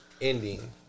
ending